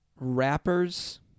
rappers